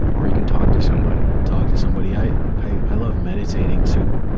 or you can talk to somebody. talk to somebody. i, i, i love meditation, too.